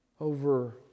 over